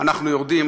אנחנו יורדים